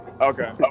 okay